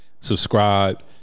Subscribe